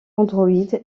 android